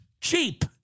cheap